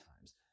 times